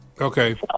Okay